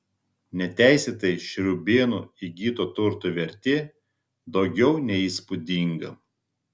neteisėtai šriūbėnų įgyto turto vertė daugiau nei įspūdinga